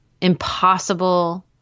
impossible